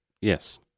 yes